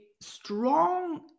strong